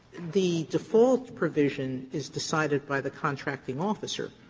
the default provision is decided by the contracting officer,